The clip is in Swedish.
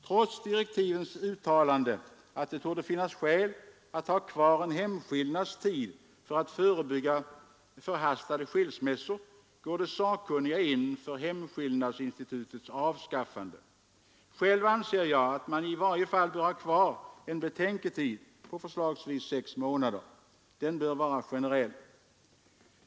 Trots direktivens uttalande, att det torde finnas skäl att ha kvar en hemskillnadstid för att förebygga förhastade skilsmässor, går de sakkunniga in för hemskillnadsinstitutets avskaffande. Själv anser jag att man i varje fall bör ha kvar en ”betänketid” på förslagsvis sex månader. Den bör vara generell.